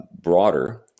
broader